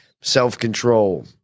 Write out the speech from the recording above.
self-control